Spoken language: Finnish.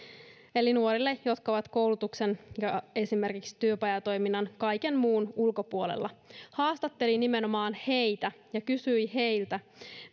nuorille jotka ovat koulutuksen ja esimerkiksi työpajatoiminnan kaiken muun ulkopuolella ja haastatteli nimenomaan heitä ja kysyi heiltä